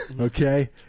okay